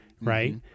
Right